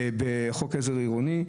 בחוק עזר עירוני.